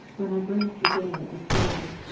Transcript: when i breathed again it was gone,